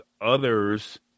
others